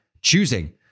choosing